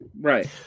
Right